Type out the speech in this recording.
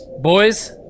Boys